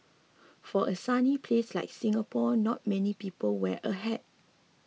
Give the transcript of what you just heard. for a sunny place like Singapore not many people wear a hat